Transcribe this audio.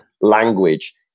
language